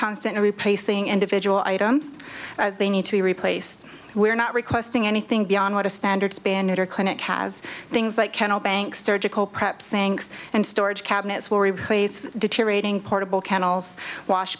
constant replacing individual items as they need to be replaced we are not requesting anything beyond what a standard spindler clinic has things like kennel banks surgical prep sayings and storage cabinets will replace deteriorating portable candles wash